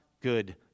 good